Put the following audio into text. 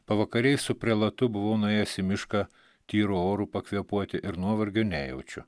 pavakariais su prelatu buvau nuėjęs į mišką tyru oru pakvėpuoti ir nuovargio nejaučiu